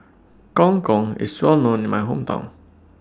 Gong Gong IS Well known in My Hometown